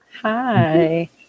Hi